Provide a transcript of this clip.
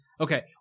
Okay